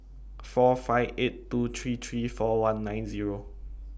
four five eight two three three four one nine Zero